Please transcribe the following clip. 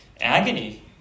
agony